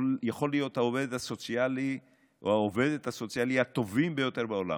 יכולים להיות העובד הסוציאלי או העובדת הסוציאלית הטובים ביותר בעולם,